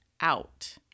out